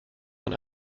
man